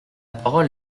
parole